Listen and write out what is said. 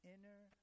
inner